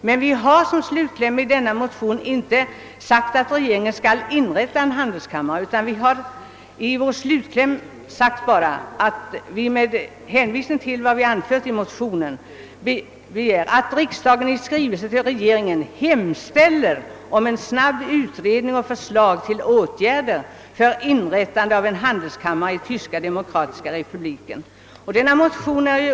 Men vi har i vår motion inte sagt att regeringen skall inrätta en handelskammare, utan vi har i motionens slutkläm sagt att vi med hänvisning till vad vi anfört begär »att riksdagen i skrivelse till regeringen hemställer om en snabb utredning och förslag till åtgärder för inrättande av en handelskammare i Tyska Demokratiska Republiken».